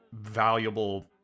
valuable